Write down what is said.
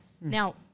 Now